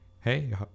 hey